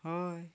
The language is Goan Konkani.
हय